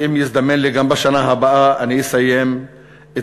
ואם יזדמן לי גם בשנה הבאה אני אסיים את